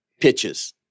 pitches